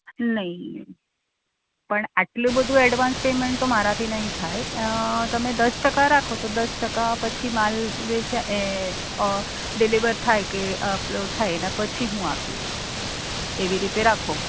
નહીં પણ આટલું બધું એડવાન્સ પેમેન્ટ તો મારાથી નહીં થાય તમે દસ ટકા રાખો તો દસ ટકા ટકા પછી માલ વેચાય કે અ ડિલિવર કે અપલોડ થાય એ પછી હું આપીશ એવી રીતે રાખો